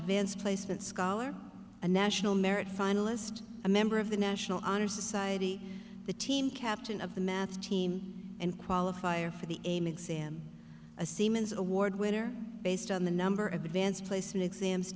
advanced placement scholar a national merit finalist a member of the national honor society the team captain of the math team and qualifier for the game exam a seaman's award winner based on the number of advanced placement exams